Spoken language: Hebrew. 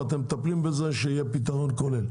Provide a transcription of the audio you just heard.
ואתם מטפלים בזה כדי שיהיה פתרון כולל.